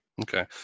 Okay